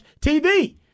TV